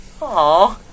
Aw